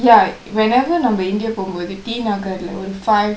ya whenever நம்ப:namba india போகும்போது:pogumbothu t nagar ஒறு:oru five